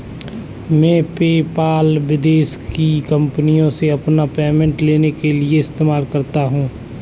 मैं पेपाल विदेश की कंपनीयों से अपना पेमेंट लेने के लिए इस्तेमाल करता हूँ